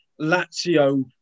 Lazio